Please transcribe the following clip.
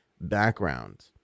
background